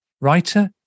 writer